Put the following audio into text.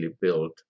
build